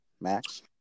max